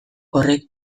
horrek